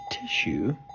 tissue